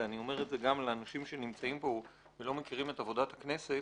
ואני אומר את זה גם לאנשים שנמצאים פה ולא מכירים את עבודת הכנסת